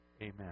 Amen